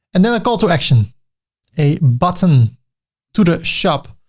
and then a call to action a button to the shop.